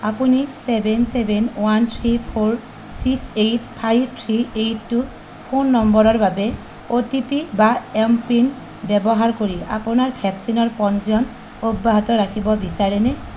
আপুনি seven seven one three four six eight five three eight two phone নম্বৰৰ বাবে O T P বা M PIN ব্যৱহাৰ কৰি আপোনাৰ ভেকচিনৰ পঞ্জীয়ন অব্যাহত ৰাখিব বিচাৰেনে